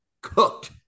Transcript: cooked